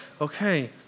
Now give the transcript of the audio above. Okay